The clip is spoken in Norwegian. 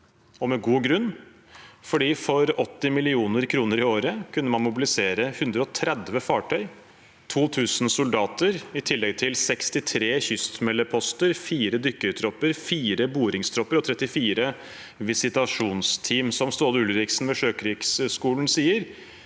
var med god grunn, fordi for 80 mill. kr i året kunne man mobilisere 130 fartøy, 2 000 soldater, 63 kystmeldeposter, 4 dykkertropper, 4 boringstropper og 34 visitasjonsteam. Som Ståle Ulriksen ved Sjøkrigsskolen sier